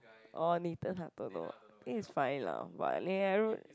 orh Nathan-Hartono ah I think he's fine lah but I don't